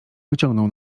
wyciągnął